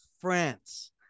France